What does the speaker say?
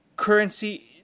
Currency